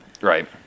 Right